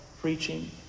preaching